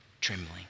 trembling